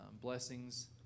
blessings